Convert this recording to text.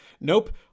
Nope